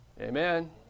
Amen